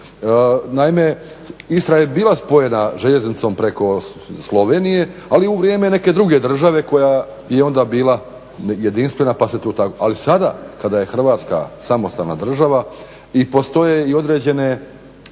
Naime, Istra je bila spojena željeznicom preko Slovenije ali u vrijeme neke druge države koja je onda bila jedinstvena. Ali sada kada je Hrvatska samostalna država postoje i određeni